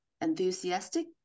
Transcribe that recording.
enthusiastic